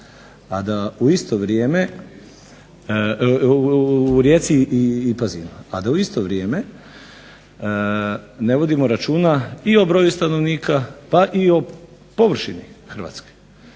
a da u isto vrijeme ne vodimo računa i o broju stanovnika pa i o površini Hrvatske.